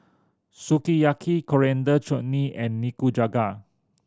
Sukiyaki Coriander Chutney and Nikujaga